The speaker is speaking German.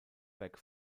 back